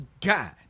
god